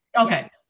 Okay